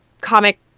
comic